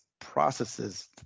processes